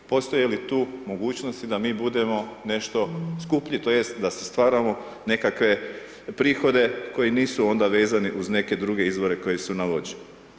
Postoje li tu mogućnosti da mi budemo nešto skuplji, tj. da si stvaramo neke prihode koji nisu onda vezani uz neke druge izvore koji su na